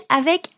avec